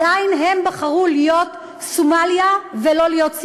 עדיין הם בחרו להיות סומליה ולא להיות סינגפור.